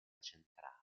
centrale